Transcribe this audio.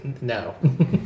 No